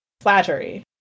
Flattery